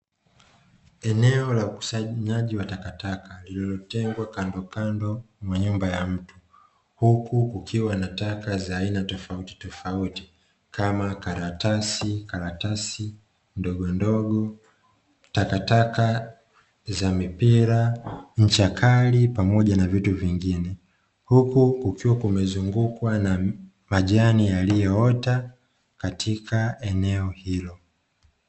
Eneo la ukusanyanyaji wa takataka lililotengwa kando kando na nyumba ya watu. Huku tukiwa na takataka za aina tofauti tofauti kama karatasi, karatasi ndogo ndogo, takataka za mipira, mchanga kali, pamoja na vitu vingine. Huku ukiwa umezungukwa na majani yaliyo ota katika eneo hilo.